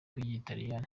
rw’ikilatini